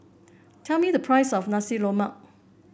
tell me the price of Nasi Lemak